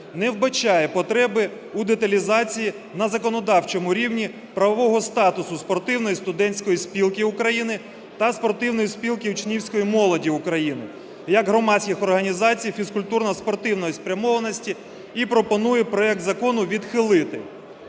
не вбачає потреби у деталізації на законодавчому рівні правового статусу Спортивної студентської спілки України та Спортивної спілки учнівської молоді України як громадських організацій фізкультурно-спортивної спрямованості і пропонує проект закону відхилити.